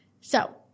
So-